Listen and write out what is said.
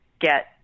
get